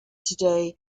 today